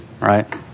right